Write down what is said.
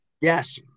Yes